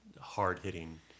hard-hitting